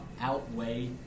outweigh